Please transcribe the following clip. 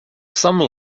some